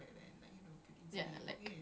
kekek jer sia